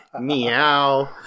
Meow